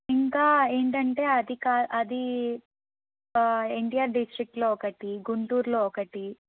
ఇంకా ఏంటంటే అది కాద్ అది ఎన్టీఆర్ డిస్ట్రిక్ట్ లో ఒకటి గుంటూరులో ఒకటి